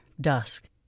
dusk